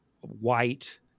white